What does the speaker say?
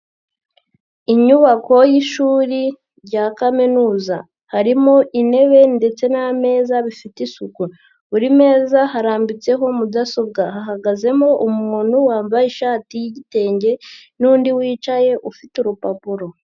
Inyubako y'ishuri rya kaminuza, harimo intebe ndetse n'ameza bifite isuku, buri meza harambitseho mudasobwa, hahagazemo umuntu wambaye ishati y'igitenge n'undi wicaye ufite urupapuro.